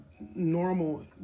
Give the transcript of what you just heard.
normal